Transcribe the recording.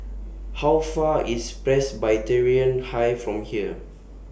How Far away IS Presbyterian High from here